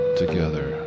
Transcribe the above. together